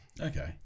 okay